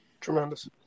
Tremendous